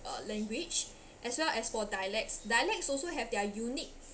uh language as well as for dialects dialects also have their unique